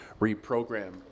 reprogram